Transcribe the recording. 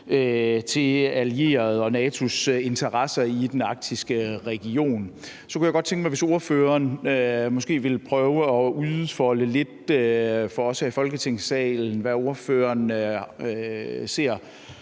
til allierede og NATO's interesser i den arktiske region, så kunne jeg godt tænke mig, hvis ordføreren måske ville prøve at udfolde lidt for os her i Folketingssalen, hvad ordføreren ser